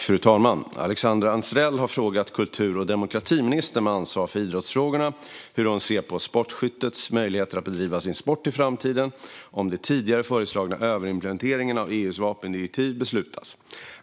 Fru talman! Alexandra Anstrell har frågat kultur och demokratiministern med ansvar för idrottsfrågorna hur hon ser på sportskyttets möjligheter att bedriva sin sport i framtiden om den tidigare föreslagna överimplementeringen av EU:s vapendirektiv beslutas.